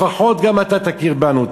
לפחות גם אתה תכיר בנו.